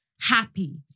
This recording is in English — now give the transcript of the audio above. Happy